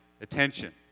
attention